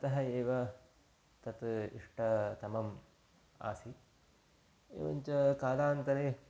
अतः एव तत् इष्टतमम् आसीत् एवञ्च कालान्तरे